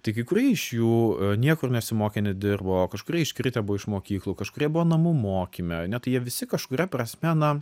tai kai kurie iš jų niekur nesimokė nedirbo kažkurie iškritę buvo iš mokyklų kažkurie buvo namų mokyme ane tai jie visi kažkuria prasme na